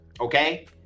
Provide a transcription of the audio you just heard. Okay